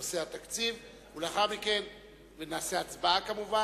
בנושא התקציב, וכמובן נצביע.